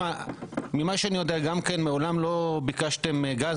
ממה שאני יודע מעולם לא ביקשתם גז